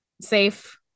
safe